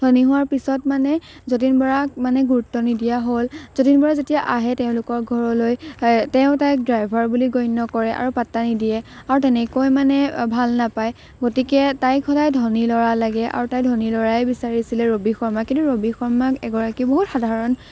ধনী হোৱাৰ পিছত মানে যতীন বৰাক মানে গুৰুত্ব নিদিয়া হ'ল যতীন বৰা যেতিয়া আহে তেওঁলোকৰ ঘৰলৈ তেওঁ তাইক ড্ৰাইভাৰ বুলি গণ্য কৰে আৰু পাত্তা নিদিয়ে আৰু তেনেকৈ মানে ভাল নাপায় গতিকে তাইক সদায় ধনী ল'ৰা লাগে আৰু তাই ধনী ল'ৰাই বিচাৰিছিলে ৰবি শৰ্মা কিন্তু ৰবি শৰ্মাক এগৰাকী বহুত সাধাৰণ